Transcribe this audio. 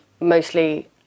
mostly